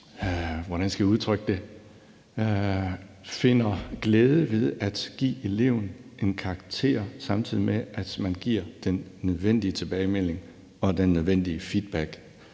hvordan skal jeg udtrykke det – finder glæde ved at give eleven en karakter, samtidig med at man giver den nødvendige tilbagemelding og den nødvendige feedback,